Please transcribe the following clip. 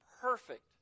perfect